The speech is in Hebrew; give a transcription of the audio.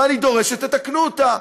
ואני דורש שתתקנו אותה.